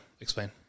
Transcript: Explain